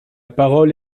parole